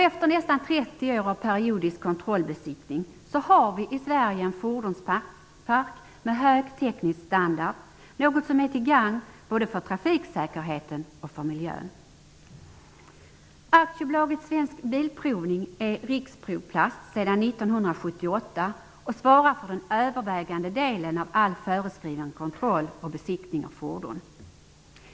Efter nästan 30 år av periodisk kontrollbesiktning har vi i Sverige en fordonspark med hög teknisk standard, något som är till gagn både för trafiksäkerheten och för miljön. och svarar för den övervägande delen av all föreskriven kontroll och besiktning av fordon.